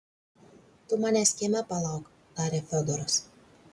tu manęs kieme palauk tarė fiodoras